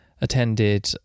attended